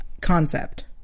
concept